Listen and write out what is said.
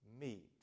meet